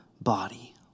body